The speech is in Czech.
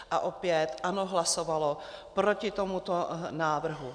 A opět ANO hlasovalo proti tomuto návrhu.